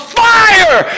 fire